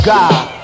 God